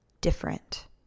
different